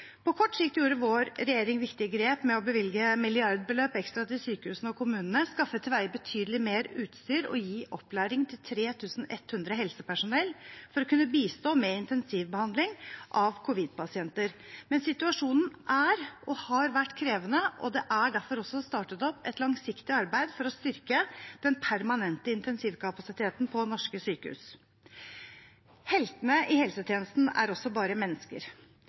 På kort sikt gjorde vår regjering viktige grep med å bevilge milliardbeløp ekstra til sykehusene og kommunene, skaffe til veie betydelig mer utstyr og gi opplæring til 3 100 helsepersonell for å kunne bistå med intensivbehandling av covid-pasienter. Men situasjonen er og har vært krevende, og det er derfor også startet opp et langsiktig arbeid for å styrke den permanente intensivkapasiteten på norske sykehus. Heltene i helsetjenesten er også bare mennesker.